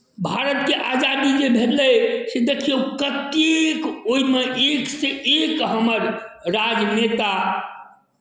भारतके आजादी जे भेटलै से देखियौ कतेक ओहिमे एकसँ एक हमर राजनेता